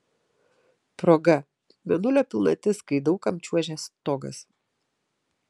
proga mėnulio pilnatis kai daug kam čiuožia stogas